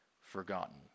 forgotten